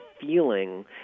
feeling